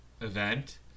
event